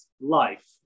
life